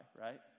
Right